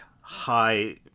high